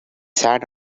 sat